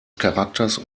charakters